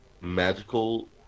magical